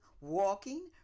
walking